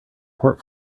port